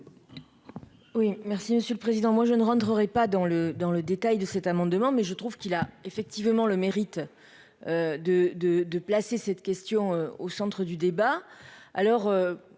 Oui merci monsieur le président, moi je ne rentrerai pas dans le dans le détail de cet amendement, mais je trouve qu'il a effectivement le mérite de, de, de placer cette question au centre du débat,